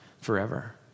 forever